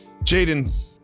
Jaden